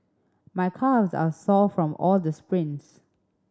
my calves are sore from all the sprints